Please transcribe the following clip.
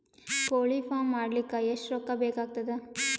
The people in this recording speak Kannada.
ಕೋಳಿ ಫಾರ್ಮ್ ಮಾಡಲಿಕ್ಕ ಎಷ್ಟು ರೊಕ್ಕಾ ಬೇಕಾಗತದ?